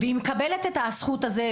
היא מקבלת את הזכות הזאת,